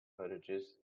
cottages